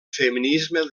feminisme